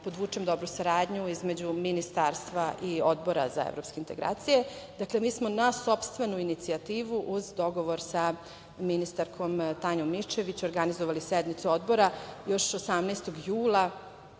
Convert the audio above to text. podvučem dobru saradnju između Ministarstva i Odbora za evropske integracije. Dakle, mi smo na sopstvenu inicijativu uz dogovor sa ministarkom Tanjom Miščević organizovali sednicu Odbora još 18. jula